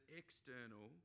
external